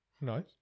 Nice